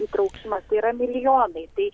įtraukimas tai yra milijonai tai